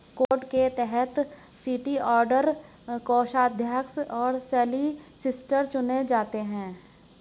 code के तहत city auditor, कोषाध्यक्ष और सॉलिसिटर चुने जाते हैं